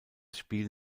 spiel